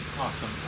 Awesome